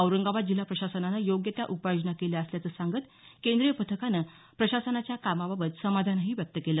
औरंगाबाद जिल्हा प्रशासनाने योग्य त्या उपाययोजना केल्या असल्याचं सांगत केंद्रीय पथकाने प्रशासनाच्या कामाबाबत समाधानही व्यक्त केलं